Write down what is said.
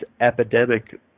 epidemic